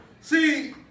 See